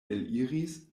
eliris